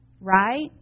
Right